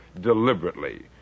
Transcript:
deliberately